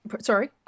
Sorry